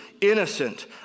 innocent